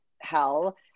hell